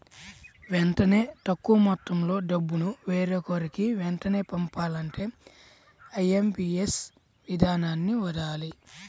వెంటనే తక్కువ మొత్తంలో డబ్బును వేరొకరికి వెంటనే పంపాలంటే ఐఎమ్పీఎస్ ఇదానాన్ని వాడాలి